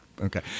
Okay